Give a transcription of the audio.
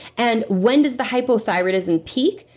and when does the hypothyroidism peak?